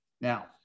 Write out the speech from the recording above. Now